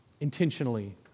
Intentionally